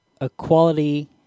Equality